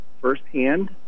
firsthand